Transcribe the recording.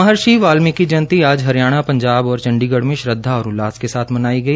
महर्षि वाल्मीकि जयंती आज हरियाणा पंजाब और चण्डीगढ में श्रद्धा और उल्लास के साथ मनाई गई